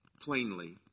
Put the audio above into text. plainly